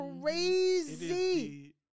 Crazy